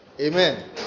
Amen